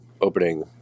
opening